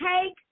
take